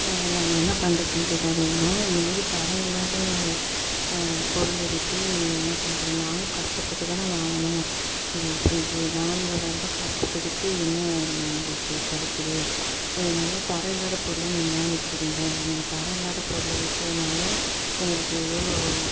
நாங்கள் என்ன பண்ணுறதுன்னு தெரியாத இருந்தோம் இந்தமாரி தரம் இல்லாத பொருளை விற்று நீங்கள் என்ன பண்ணப் போகறீங்க நாங்களும் கஷ்டப்பட்டு தானே வாங்கினோம் இது ஃப்ரிட்ஜு நாங்களும் இருபதாயிர்ரூவா காசு கொடுத்ததுக்கு என்ன இதில் எங்களுக்கு கிடச்சது எதுனாலும் தரம் இல்லாத பொருளை நீங்கள் ஏன் விற்கிறீங்க நீங்கள் தரம் இல்லாத பொருளை விற்றதுனால எங்களுக்கு எவ்வளோ ஒரு